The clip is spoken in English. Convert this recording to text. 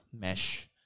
mesh